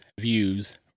views